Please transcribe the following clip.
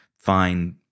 find